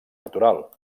natural